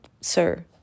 sir